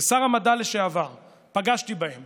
כשר המדע פגשתי בהם